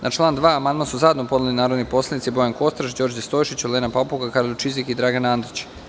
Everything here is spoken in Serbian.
Na član 2. amandman su zajedno podneli narodni poslanici Bojan Kostreš, Đorđe Stojšić, Olena Papuga, Karolj Čizik i Dragan Andrić.